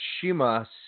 Shima